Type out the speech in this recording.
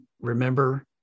remember